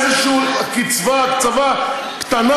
איזושהי הקצבה קטנה,